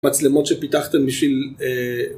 מצלמות שפיתחתם בשביל אה